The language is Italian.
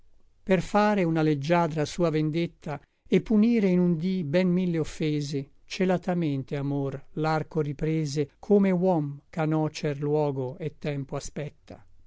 per fare una leggiadra sua vendetta et punire in un dí ben mille offese celatamente amor l'arco riprese come huom ch'a nocer luogo et tempo aspetta